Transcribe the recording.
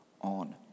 on